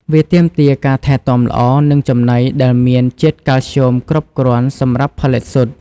វាទាមទារការថែទាំល្អ និងចំណីដែលមានជាតិកាល់ស្យូមគ្រប់គ្រាន់សម្រាប់ផលិតស៊ុត។